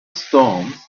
storms